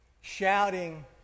shouting